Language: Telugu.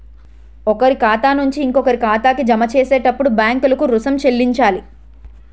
ఒకరి ఖాతా నుంచి ఇంకొకరి ఖాతాకి జమ చేసేటప్పుడు బ్యాంకులకు రుసుం చెల్లించాలి